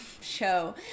show